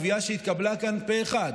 קביעה שהתקבלה כאן פה אחד,